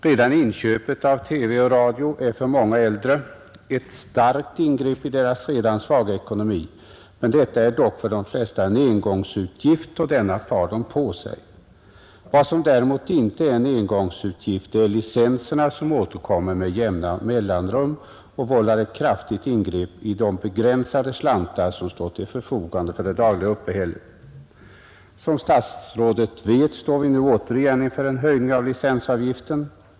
Redan inköpet av TV och radio är för många äldre ett starkt ingrepp i deras redan svaga ekonomi. Men detta är dock för de flesta en engångsutgift och den tar de på sig. Vad som däremot inte är en engångsutgift är licenserna som återkommer med jämna mellanrum och vållar ett kraftigt ingrepp i de begränsade slantar som står till förfogande för det dagliga uppehället. Som statsrådet vet står vi nu återigen inför en höjning av licensavgiften.